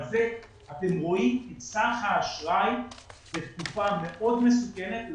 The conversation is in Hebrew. אתם רואים את סך האשראי בתקופה מאוד מסוכנת.